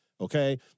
okay